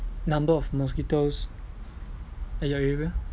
number of mosquitoes at your area